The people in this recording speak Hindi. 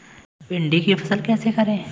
भिंडी की फसल कैसे करें?